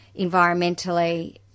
environmentally